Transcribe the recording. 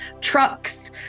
trucks